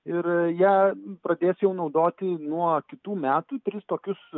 ir jie pradės jau naudoti nuo kitų metų tris tokius